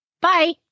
Bye